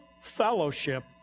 fellowship